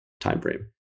timeframe